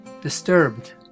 disturbed